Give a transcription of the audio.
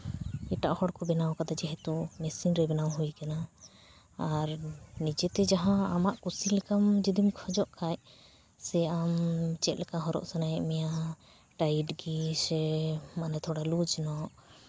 ᱮᱴᱟᱜ ᱦᱚᱲᱠᱚ ᱵᱮᱱᱟᱣ ᱠᱟᱫᱟ ᱡᱮᱦᱮᱛᱩ ᱢᱮᱥᱤᱱ ᱨᱮ ᱵᱮᱱᱟᱣ ᱦᱩᱭ ᱠᱟᱱᱟ ᱟᱨ ᱱᱤᱡᱮᱛᱮ ᱡᱟᱦᱟᱸ ᱟᱢᱟᱜ ᱠᱩᱥᱤ ᱞᱮᱠᱟᱢ ᱡᱩᱫᱤᱢ ᱠᱷᱚᱡᱚᱜ ᱠᱷᱟᱱ ᱥᱮ ᱟᱢ ᱪᱮᱫ ᱞᱮᱠᱟ ᱦᱚᱨᱚᱜ ᱥᱟᱱᱟᱭᱮᱫ ᱢᱮᱭᱟ ᱴᱟᱭᱤᱴ ᱜᱮ ᱥᱮ ᱛᱷᱚᱲᱟ ᱞᱩᱡᱽ ᱧᱚᱜ